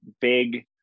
big